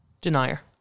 denier